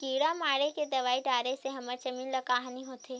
किड़ा मारे के दवाई डाले से हमर जमीन ल का हानि होथे?